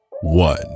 one